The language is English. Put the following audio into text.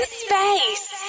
space